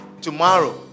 tomorrow